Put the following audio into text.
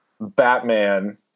Batman